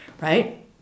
Right